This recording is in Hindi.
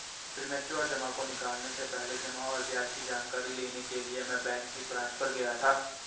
प्रीमच्योर जमा को निकलने से पहले जमा और ब्याज की जानकारी लेने के लिए मैं बैंक की ब्रांच पर गया था